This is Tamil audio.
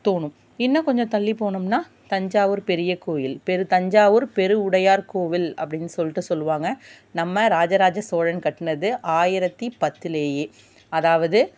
தோணும் இன்னும் கொஞ்சம் தள்ளி போனோம்னா தஞ்சாவூர் பெரியக்கோயில் தஞ்சாவூர் பெருவுடையார் கோவில் அப்படின் சொல்லிட்டு சொல்லுவாங்க நம்ம ராஜராஜ சோழன் கட்டினது ஆயிரத்து பத்துலேயே அதாவது